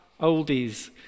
oldies